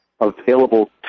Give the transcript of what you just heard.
available